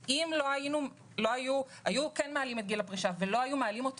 אם היו מעלים את גיל הפרישה ולא היו מעלים אותו